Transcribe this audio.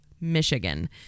Michigan